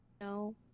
no